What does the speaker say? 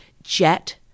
JET